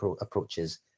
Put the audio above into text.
approaches